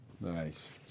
Nice